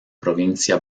provincia